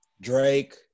Drake